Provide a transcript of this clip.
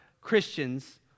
Christians